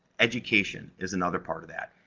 education is another part of that.